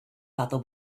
other